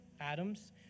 Adams